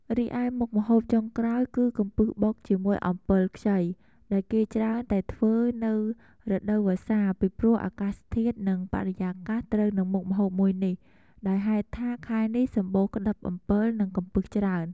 រីឯមុខម្ហូបចុងក្រោយគឺកំពឹសបុកជាមួយអំពិលខ្ចី ដែលគេច្រើនតែធ្វើនៅរដូវស្សាពីព្រោះអាកាសធាតុ និងបរិយាកាសត្រូវនឹងមុខម្ហូបមួយនេះ ដោយហេតុថាខែនេះសំបូរក្តិបអំពិល និងកំពឹសច្រើន។